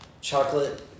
chocolate